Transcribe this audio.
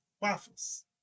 waffles